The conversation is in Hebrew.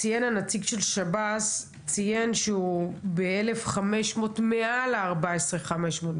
ציין הנציג של שב"ס שהוא ב-1,500 מעל ה-14,500,